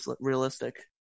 realistic